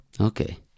Okay